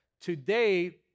Today